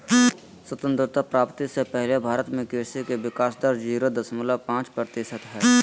स्वतंत्रता प्राप्ति से पहले भारत में कृषि के विकाश दर जीरो दशमलव पांच प्रतिशत हई